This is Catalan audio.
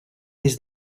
des